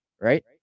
Right